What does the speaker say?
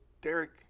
Derek